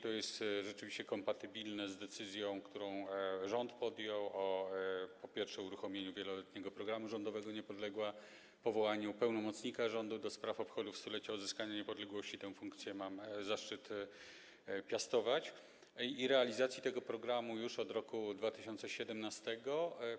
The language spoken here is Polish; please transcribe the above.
To jest rzeczywiście kompatybilne z decyzją, którą podjął rząd, po pierwsze, o uruchomieniu wieloletniego programu rządowego „Niepodległa”, o powołaniu pełnomocnika rządu do spraw obchodów 100-lecia odzyskania niepodległości - tę funkcję mam zaszczyt piastować - i o realizacji tego programu już od roku 2017 r.